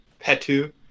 Petu